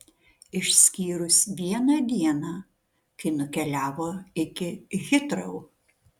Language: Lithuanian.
išskyrus vieną dieną kai nukeliavo iki hitrou